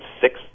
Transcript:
six